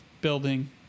building